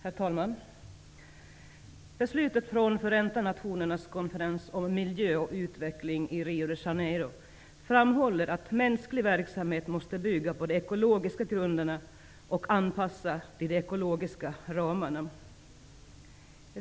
Herr talman! Beslutet från Förenta nationernas konferens om miljö och utveckling i Rio de Janeiro framhåller att mänsklig verksamhet måste bygga på de ekologiska grunderna och anpassas till de ekologiska ramarna.